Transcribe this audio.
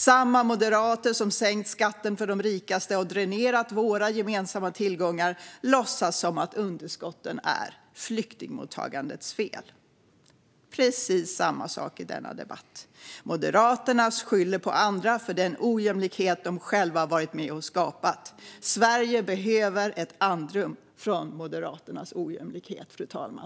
Samma moderater som sänkt skatten för de rikaste och dränerat våra gemensamma tillgångar låtsas som att underskotten är flyktingmottagandets fel. Det är precis samma sak i denna debatt. Moderaterna skyller på andra för den ojämlikhet de själva varit med och skapat. Sverige behöver ett andrum från Moderaternas ojämlikhet, fru talman.